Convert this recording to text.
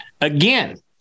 Again